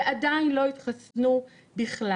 ועדיין לא התחסנו בכלל